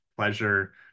Pleasure